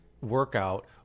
workout